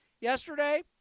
Yesterday